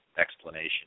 explanation